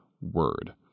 word